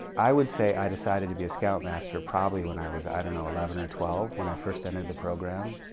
i would say i decided to be a scoutmaster probably when i was i don't know eleven or twelve when i first entered the program.